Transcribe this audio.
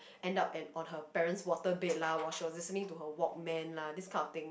end up and on her parents water bed lah watch show listening to her walkman lah this kind of thing